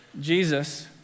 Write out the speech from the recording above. Jesus